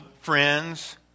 friends